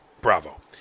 Bravo